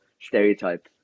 stereotypes